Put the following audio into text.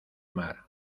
mar